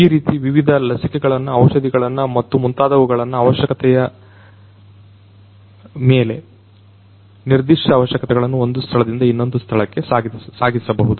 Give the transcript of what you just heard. ಈ ರೀತಿ ವಿವಿಧ ಲಸಿಕೆಗಳನ್ನು ಔಷಧಿಗಳನ್ನು ಮತ್ತು ಮುಂತಾದವುಗಳನ್ನು ಅವಶ್ಯಕತೆಯಾದ ಮೇಲೆ ನಿರ್ದಿಷ್ಟ ಅವಶ್ಯಕತೆಗಳನ್ನು ಒಂದು ಸ್ಥಳದಿಂದ ಇನ್ನೊಂದು ಸ್ಥಳಕ್ಕೆ ಸಾಗಿಸಬಹುದು